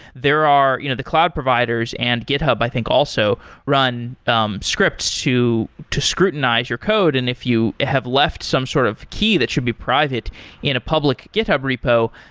there are you know the cloud providers and github, i think also run um scripts to to scrutinize your code and if you have left some sort of key that should be private in a public github repo,